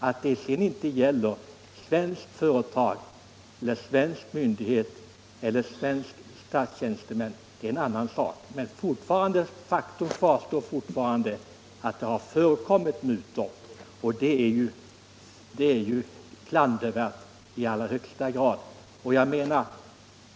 Att mutorna sedan inte tagits av svenskt företag, svensk myndighet eller svensk statstjänsteman är en annan sak. Men faktum kvarstår — det har förekommit mutor och det är klandervärt i allra högsta grad.